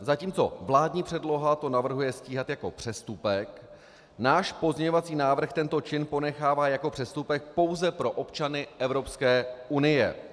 Zatímco vládní předloha to navrhuje stíhat jako přestupek, náš pozměňovací návrh tento čin ponechává jako přestupek pouze pro občany EU.